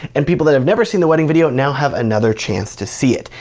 and people that have never seen the wedding video now have another chance to see it.